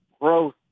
growth